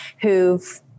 who've